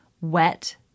wet